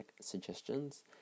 suggestions